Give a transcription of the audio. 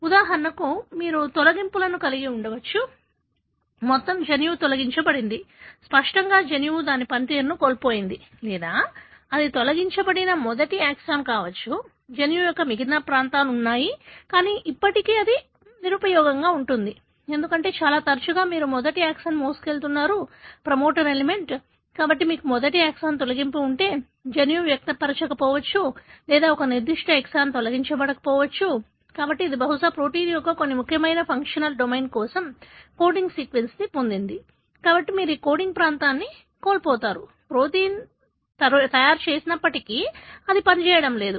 ఉదాహరణకు మీరు తొలగింపులను కలిగి ఉండవచ్చు మొత్తం జన్యువు తొలగించ బడింది స్పష్టంగా జన్యువు దాని పనితీరును కోల్పోయింది లేదా అది తొలగించబడిన మొదటి ఎక్సాన్ కావచ్చు జన్యువు యొక్క మిగిలిన ప్రాంతాలు ఉన్నాయి కానీ ఇప్పటికీ అది నిరుపయోగంగా ఉంటుంది ఎందుకంటే చాలా తరచుగా మీరు మొదటి ఎక్సాన్ మోసుకెళ్తున్నారు ప్రమోటర్ ఎలిమెంట్ కాబట్టి మీకు మొదటి ఎక్సాన్ తొలగింపు ఉంటే జన్యువు వ్యక్తపరచకపోవచ్చు లేదా ఒక నిర్దిష్ట ఎక్సాన్ తొలగించబడవచ్చు కాబట్టి ఇది బహుశా ప్రోటీన్ యొక్క కొన్ని ముఖ్యమైన ఫంక్షనల్ డొమైన్ కోసం కోడింగ్ సీక్వెన్స్ని పొందింది కాబట్టి మీరు ఆ కోడింగ్ ప్రాంతాన్ని కోల్పోతారు ప్రోటీన్ తయారు చేసినప్పటికీ అది పనిచేయడం లేదు